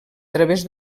través